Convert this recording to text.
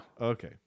Okay